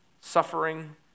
suffering